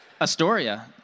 Astoria